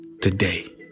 today